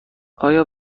آیا